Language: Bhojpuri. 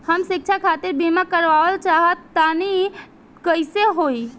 हम शिक्षा खातिर बीमा करावल चाहऽ तनि कइसे होई?